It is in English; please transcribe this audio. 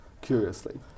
curiously